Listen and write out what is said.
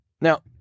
Now